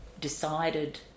decided